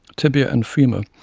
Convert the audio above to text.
tibia and femur,